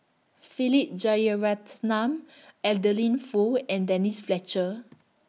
Philip Jeyaretnam Adeline Foo and Denise Fletcher